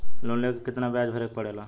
Loan के कितना ब्याज भरे के पड़े ला?